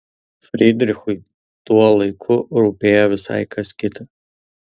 frydrichui tuo laiku rūpėjo visai kas kita